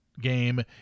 game